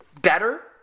better